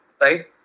right